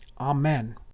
Amen